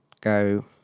go